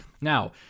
Now